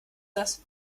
das